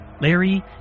Larry